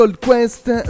Quest